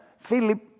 Philip